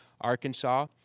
Arkansas